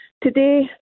Today